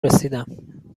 رسیدم